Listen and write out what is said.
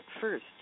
first